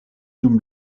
dum